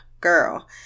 girl